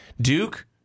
Duke